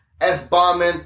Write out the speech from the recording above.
F-bombing